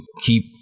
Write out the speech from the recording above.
keep